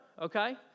Okay